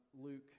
Luke